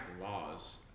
laws